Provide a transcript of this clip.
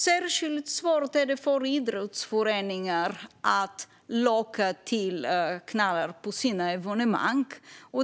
Särskilt svårt är det för idrottsföreningar att locka knallar till sina evenemang.